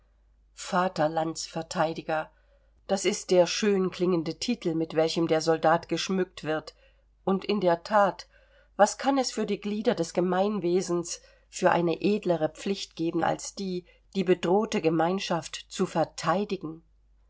vaterlandsverteidiger das ist der schön klingende titel mit welchem der soldat geschmückt wird und in der that was kann es für die glieder des gemeinwesens für eine edlere pflicht geben als die die bedrohte gemeinschaft zu verteidigen